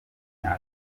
atari